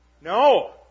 No